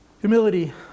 Humility